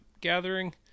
gathering